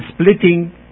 splitting